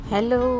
Hello